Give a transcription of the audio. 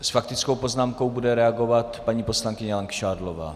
S faktickou poznámkou bude reagovat paní poslankyně Langšádlová.